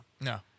No